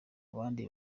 abandi